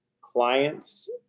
clients